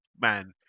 Man